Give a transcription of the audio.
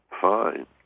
Fine